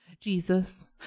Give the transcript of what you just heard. jesus